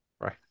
Right